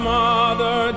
mother